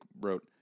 wrote